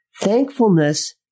thankfulness